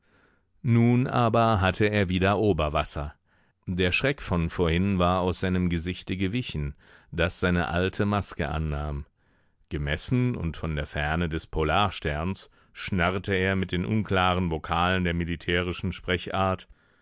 nun aber hatte er wieder oberwasser der schreck von vorhin war aus seinem gesichte gewichen das seine alte maske annahm gemessen und von der ferne des polarsterns schnarrte er mit den unklaren vokalen der militärischen